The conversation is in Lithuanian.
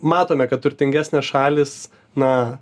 matome kad turtingesnės šalys na